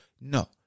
No